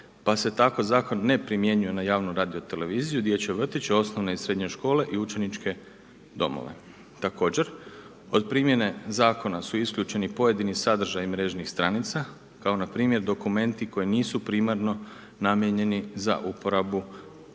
pa se tako zakon ne primjenjuje na javnu radio televiziju, dječje vrtiće, osnovne i srednje škole i učeničke domove. Također, od primjene zakona su isključeni pojedini sadržaji mrežnih stranica kao npr. dokumenti koji nisu primarno namijenjeni za uporabu na